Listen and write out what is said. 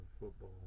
football